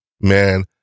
Man